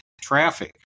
traffic